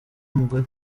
umugore